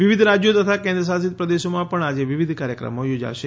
વિવિધ રાજ્યો તથા કેન્દ્રશાસિત પ્રદેશોમાં પણ આજે વિવિધ કાર્યક્રમો યોજાશે